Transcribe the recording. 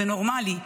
זה נורמלי,